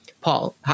Paul